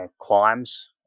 climbs